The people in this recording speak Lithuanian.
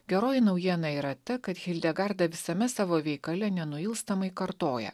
geroji naujiena yra ta kad hildegarda visame savo veikale nenuilstamai kartoja